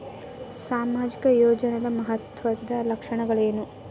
ಸಾಮಾಜಿಕ ಯೋಜನಾದ ಮಹತ್ವದ್ದ ಲಕ್ಷಣಗಳೇನು?